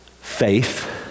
faith